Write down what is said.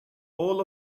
all